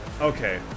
Okay